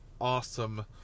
awesome